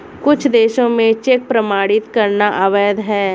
कुछ देशों में चेक प्रमाणित करना अवैध है